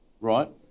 Right